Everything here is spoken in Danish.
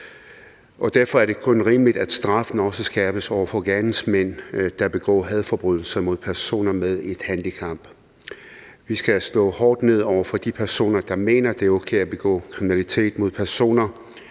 derfor er det kun rimeligt, at straffen også skærpes over for gerningsmænd, der begår hadforbrydelser mod personer med et handicap. Vi skal slå hårdt ned over for de personer, der mener, det er okay at begå kriminalitet mod personer,